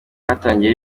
batangiye